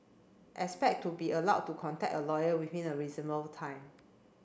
expect to be allowed to contact a lawyer within a reasonable time